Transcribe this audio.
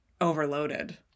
overloaded